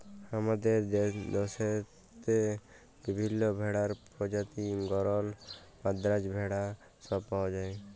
হামাদের দশেত বিভিল্য ভেড়ার প্রজাতি গরল, মাদ্রাজ ভেড়া সব পাওয়া যায়